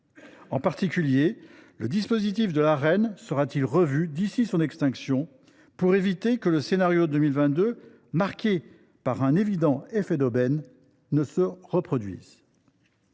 En particulier, le dispositif de l’Arenh sera t il revu d’ici à son extinction pour éviter que le scénario de 2022, marqué par un évident effet d’aubaine, ne se reproduise ?